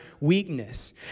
weakness